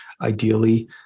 Ideally